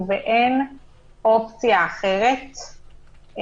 ובאין אופציה אחרת,